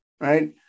right